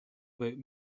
about